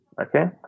Okay